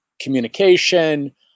communication